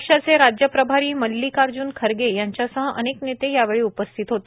पक्षाचे राज्य प्रभारी मल्लिकार्ज्न खरगे यांच्यासह अनेक नेते यावेळी उपस्थित होते